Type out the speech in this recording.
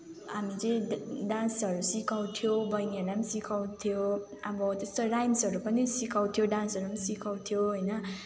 हामी चाहिँ डान्सहरू सिकाउँथ्यो बैनीहरूलाई पनि सिकाउँथ्यो अब त्यस्तो राइम्सहरू पनि सिकाउँथ्यो डान्सहरू पनि सिकाउँथ्यो होइन